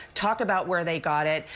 talk about where they got it,